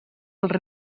els